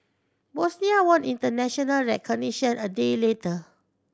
Bosnia won international recognition a day later